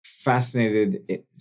Fascinated